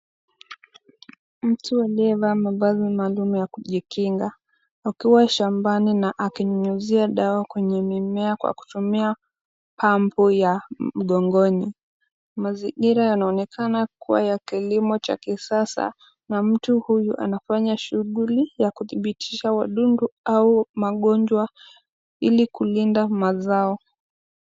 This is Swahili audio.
Mtu aliyevaa mavazi maalum ya kujikinga, akiwa shambani na akinyunyuzia dawa kwenye mimea kwa kutumia pampu ya mgongoni. Mazingira yanaonekana kuwa ya kilimo cha kisasa, na mtu huyu anafanya shughuli ya kudhibitisha wadudu au magonjwa ili kulinda mazao.